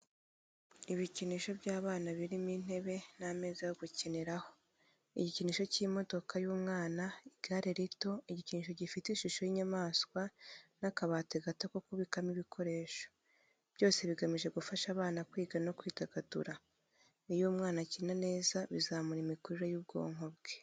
ibikinisho by’abana birimo intebe n’ameza yo gukiniraho, igikinisho cy’imodoka y’umwana, igare rito, igikinisho gifite ishusho y’inyamaswa n’akabati gato ko kubikamo ibikinisho. Byose bigamije gufasha abana kwiga no kwidagadura. Iyo umwana akina neza bizamura imikurire y'ubwonko bwe.